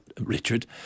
Richard